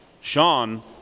Sean